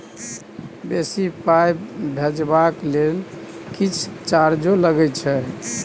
बेसी पाई भेजबाक लेल किछ चार्जो लागे छै?